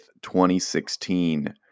2016